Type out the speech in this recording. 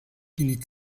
die